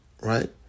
Right